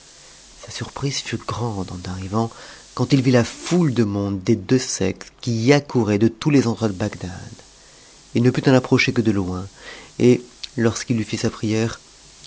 sa surprise fut grande eu arrivant quand il vit ja toute de mond des deux sexes qui y accourait de tous tes endroits de bagdad h ne pm en approcher que de oiu et lorsqu'il eut lait sa prière